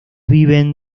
viven